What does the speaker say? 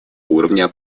уровня